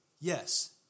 Yes